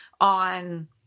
on